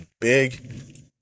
big